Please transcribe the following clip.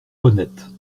honnête